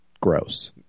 gross